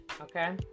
Okay